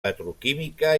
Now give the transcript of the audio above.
petroquímica